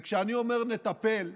וכשאני אומר "נטפל",